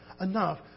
enough